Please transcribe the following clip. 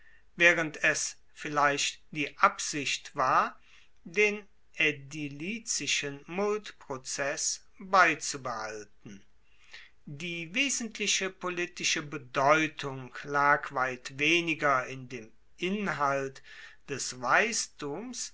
waehrend es vielleicht die absicht war den aedilizischen multprozess beizubehalten die wesentliche politische bedeutung lag weit weniger in dem inhalt des weistums